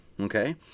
okay